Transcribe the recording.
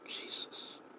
Jesus